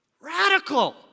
radical